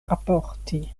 raporti